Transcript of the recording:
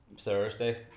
thursday